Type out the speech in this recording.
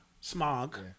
Smog